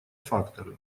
факторы